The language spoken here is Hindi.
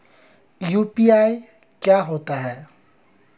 यू.पी.आई क्या होता है?